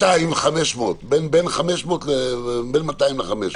בין 200 ל-500.